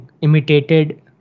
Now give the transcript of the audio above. imitated